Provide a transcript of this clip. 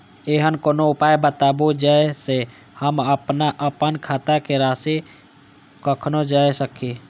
ऐहन कोनो उपाय बताबु जै से हम आपन खाता के राशी कखनो जै सकी?